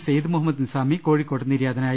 സെയ്ത് മുഹമ്മദ് നിസാമി കോഴി ക്കോട്ട് നിര്യാതനായി